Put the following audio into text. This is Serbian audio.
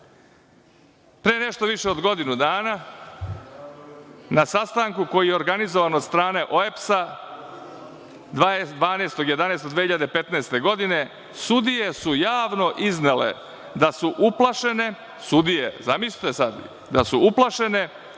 nešto više od godinu dana, na sastanku koji je organizovan od strane OEBS-a, 12.11.2015. godine, sudije su javno iznele da su uplašene, sudije, zamislite sad, jer i sudije